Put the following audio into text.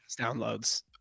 downloads